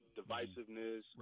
divisiveness